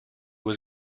was